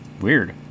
Weird